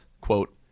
quote